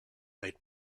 made